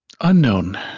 Unknown